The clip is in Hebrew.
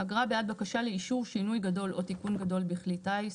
"אגרה בעד בקשה לאישור שינוי גדול או תיקון גדול בכלי טיס.